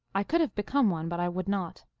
i could have be come one, but i would not.